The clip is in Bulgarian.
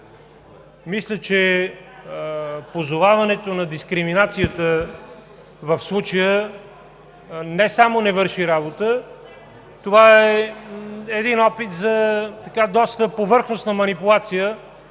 Мисля, че позоваването на дискриминацията в случая не само не върши работа, това е опит за доста повърхностна манипулация